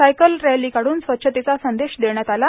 cycle rally काढूल स्वच्छतेचा संदेश देण्यात आला